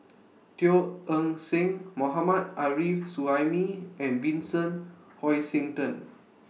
Teo Eng Seng Mohammad Arif Suhaimi and Vincent Hoisington